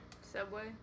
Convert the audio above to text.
Subway